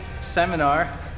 Seminar